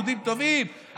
יהודים טובים,